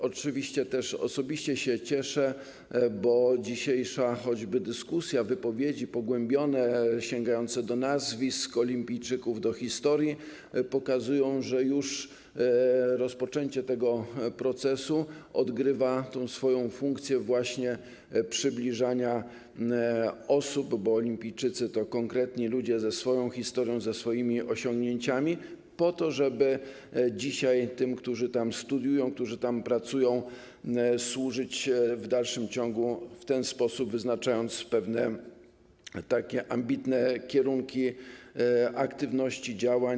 Oczywiście też osobiście się cieszę, bo choćby dzisiejsza dyskusja, pogłębione wypowiedzi sięgające do nazwisk olimpijczyków, do historii pokazują, że już rozpoczęcie tego procesu odgrywa tę swoją funkcję właśnie przybliżania osób - bo olimpijczycy to konkretni ludzie ze swoją historią, ze swoimi osiągnięciami - po to, żeby dzisiaj tym, którzy tam studiują, którzy tam pracują, służyć w dalszym ciągu w ten sposób, wyznaczając pewne ambitne kierunki aktywności, działań.